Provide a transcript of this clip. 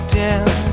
down